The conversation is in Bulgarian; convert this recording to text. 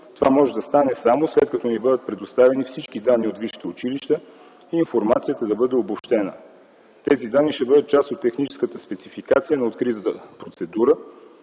Това може да стане, само след като ни бъдат предоставени всички данни от висшите училища и информацията да бъде обобщена. Тези данни ще бъдат част от техническата спецификация на откритата процедура,